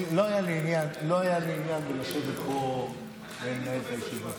לא היה לי עניין בלשבת פה ולנהל את הישיבות.